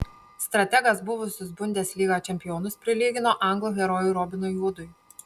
strategas buvusius bundesliga čempionus prilygino anglų herojui robinui hudui